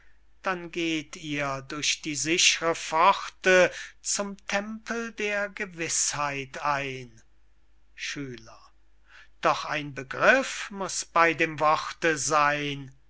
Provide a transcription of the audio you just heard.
dann geht ihr durch die sichre pforte zum tempel der gewißheit ein schüler doch ein begriff muß bey dem worte seyn